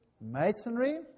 masonry